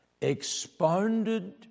expounded